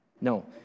no